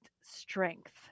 Strength